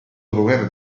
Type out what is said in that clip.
dopoguerra